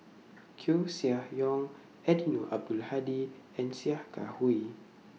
Koeh Sia Yong Eddino Abdul Hadi and Sia Kah Hui